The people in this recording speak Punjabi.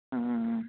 ਹਮ